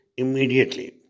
immediately